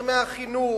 מזרמי החינוך,